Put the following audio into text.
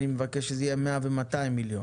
ואני מבקש שזה יהיה 100 ו-200 מיליון.